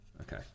Okay